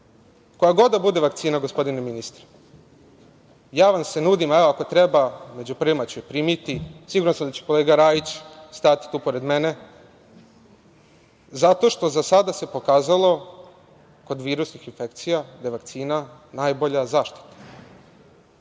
Koja god da bude vakcina, gospodine ministre, ja vam se nudim, ako treba, među prvima ću je primiti. Siguran sam da će i kolega Rajić stati tu pored mene zato što se za sada pokazalo kod virusnih infekcija najbolja zaštita.